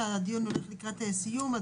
הדיון הולך לקראת סיום,